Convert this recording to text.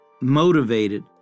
motivated